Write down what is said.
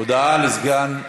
הודעה לסגן מזכירת הכנסת.